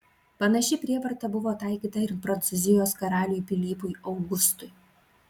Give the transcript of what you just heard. panaši prievarta buvo taikyta ir prancūzijos karaliui pilypui augustui